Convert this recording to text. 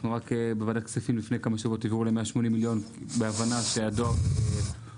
בוועדת כספים לפני כמה שבועות הועברו 180 מיליון בהבנה שהדואר בקריסה